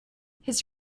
his